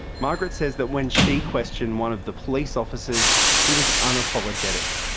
margaret says that when she questioned one of the police officers, he was unapologetic.